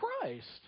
Christ